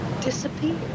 disappear